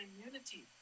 immunity